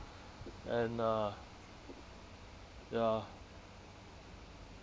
and uh ya